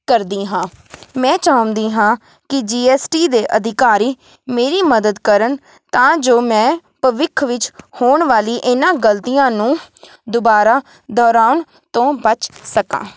ਕਰਦੀ ਹਾਂ ਮੈਂ ਚਾਹੁੰਦੀ ਹਾਂ ਕਿ ਜੀ ਐਸ ਟੀ ਦੇ ਅਧਿਕਾਰੀ ਮੇਰੀ ਮਦਦ ਕਰਨ ਤਾਂ ਜੋ ਮੈਂ ਭਵਿੱਖ ਵਿੱਚ ਹੋਣ ਵਾਲੀ ਇਹਨਾਂ ਗਲਤੀਆਂ ਨੂੰ ਦੁਬਾਰਾ ਦੁਹਰਾਉਣ ਤੋਂ ਬਚ ਸਕਾਂ